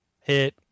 hit